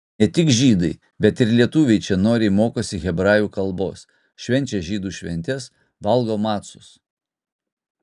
ne tik žydai bet ir lietuviai čia noriai mokosi hebrajų kalbos švenčia žydų šventes valgo macus